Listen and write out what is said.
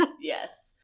Yes